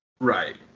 Right